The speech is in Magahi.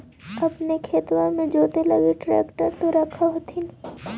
अपने खेतबा मे जोते लगी ट्रेक्टर तो रख होथिन?